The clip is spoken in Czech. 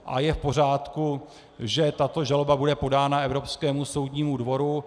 A je v pořádku, že tato žaloba bude podána Evropskému soudnímu dvoru.